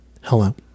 hello